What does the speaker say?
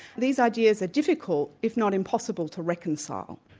these ideas are difficult, if not impossible to reconcile.